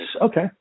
Okay